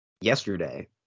yesterday